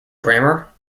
grammar